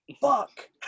Fuck